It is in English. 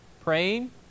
praying